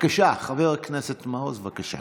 חבר הכנסת מעוז, בבקשה.